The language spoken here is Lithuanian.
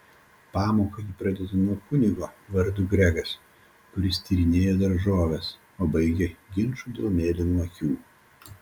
pamoką ji pradeda nuo kunigo vardu gregas kuris tyrinėjo daržoves o baigia ginču dėl mėlynų akių